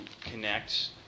connect